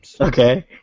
Okay